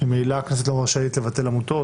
ממילא הכנסת לא רשאית לבטל עמותות,